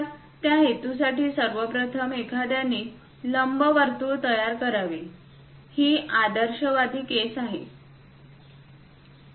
तर त्या हेतूसाठी सर्वप्रथम एखाद्याने लंबवर्तुळ तयार करावे ही आदर्शवादी केसआहे